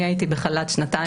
אני הייתי בחל"ת שנתיים,